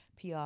PR